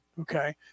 Okay